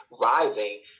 rising